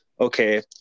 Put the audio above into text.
Okay